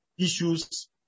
Issues